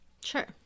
Sure